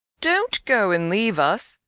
don't go and leave us!